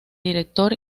director